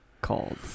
called